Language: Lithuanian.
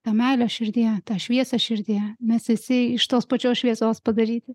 tą meilę širdyje tą šviesą širdyje mes visi iš tos pačios šviesos padaryti